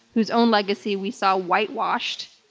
whose own legacy we saw whitewashed.